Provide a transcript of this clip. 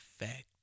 effect